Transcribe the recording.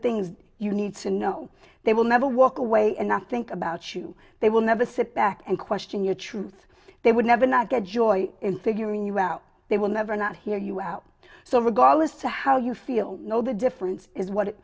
things you need to know they will never walk away and i think about you they will never sit back and question your truth they would never not get joy in figuring you out they will never not hear you out so regardless of how you feel no the difference is what